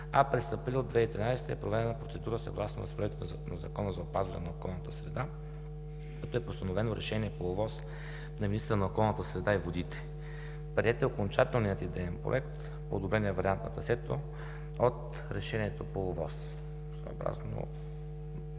месец април 2013 г. е проведена процедура съгласно разпоредбите на Закона за опазване на околната среда, като е постановено Решение по ОВОС на министъра на околната среда и водите. Приет е окончателният идеен проект по одобрения вариант на трасето от Решението по ОВОС,